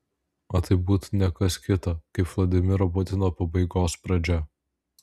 o tai būtų ne kas kita kaip vladimiro putino pabaigos pradžia